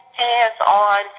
hands-on